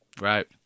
Right